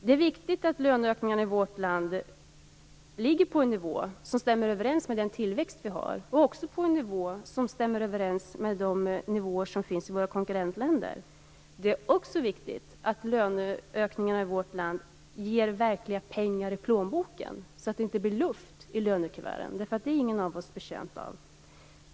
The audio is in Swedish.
Det är viktigt att löneökningarna i vårt land ligger på en nivå som stämmer överens med den tillväxt som vi har och med de nivåer som finns i våra konkurrentländer. Det är också centralt att löneökningarna i vårt land ger verkliga pengar i plånboken, så att det inte blir luft i lönekuverten. Det är ingen av oss betjänt av.